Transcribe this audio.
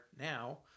now